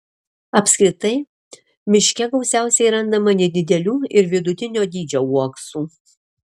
apskritai miške gausiausiai randama nedidelių ir vidutinio dydžio uoksų